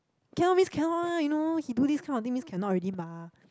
cannot means cannot lah you know he do this kind of thing means cannot already mah